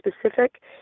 specific